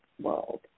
world